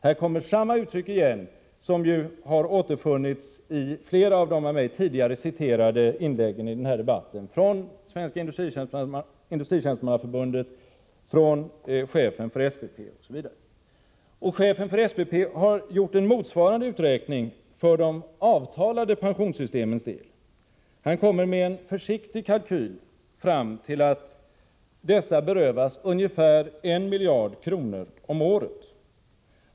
Här kommer återigen samma uttryck som har återfunnits i flera av de av mig tidigare citerade inläggen i denna debatt, från Svenska industritjänstemannaförbundet, från chefen för SPP m.fl. Chefen för SPP har gjort en motsvarande uträkning för de avtalade pensionssystemens del. Han kommer i en försiktig kalkyl fram till att dessa berövas ungefär 1 miljard kronor om året.